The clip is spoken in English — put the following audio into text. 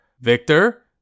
Victor